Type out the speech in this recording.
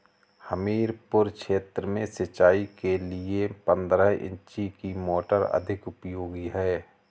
हमीरपुर क्षेत्र में सिंचाई के लिए पंद्रह इंची की मोटर अधिक उपयोगी है?